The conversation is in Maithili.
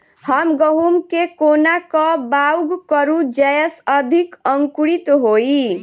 हम गहूम केँ कोना कऽ बाउग करू जयस अधिक अंकुरित होइ?